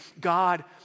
God